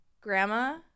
Grandma